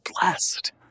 blessed